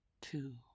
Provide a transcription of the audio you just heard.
two